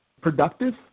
productive